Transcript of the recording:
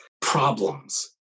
problems